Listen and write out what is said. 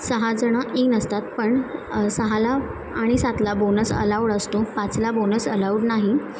सहा जण ईन असतात पण सहाला आणि सातला बोनस अलाउड असतो पाचला बोनस अलाउड नाही